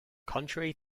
contrary